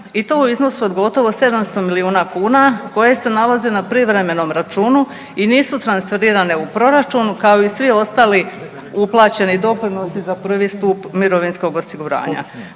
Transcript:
i to u iznosu od gotovo 700 milijuna kuna koje se nalaze na privremenom računu i nisu transferirane u proračun kao i svi ostali uplaćeni doprinosi za prvi stup mirovinskog osiguranja.